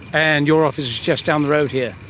and your office is just down the road here.